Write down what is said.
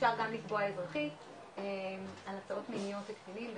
אפשר גם לתבוע אזרחית על הטרדות מיניות בקטינים בוודאי.